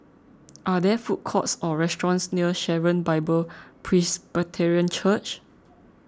are there food courts or restaurants near Sharon Bible Presbyterian Church